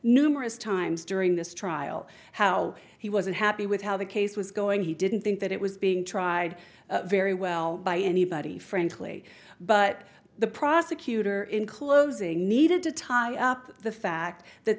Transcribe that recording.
numerous times during this trial how he wasn't happy with how the case was going he didn't think that it was being tried very well by anybody frankly but the prosecutor in closing needed to tie up the fact that